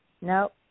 No